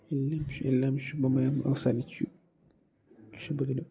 എല്ലാം എല്ലാം ശുഭമായി അവസാനിച്ചു ശുഭദിനം